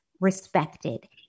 respected